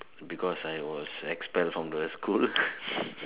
because I was expelled from the school